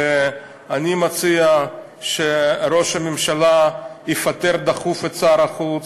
אני מציע שראש הממשלה יפטר דחוף את שר החוץ,